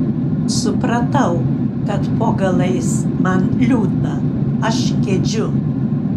supratau kad po galais man liūdna aš gedžiu